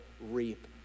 reap